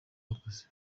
bakoze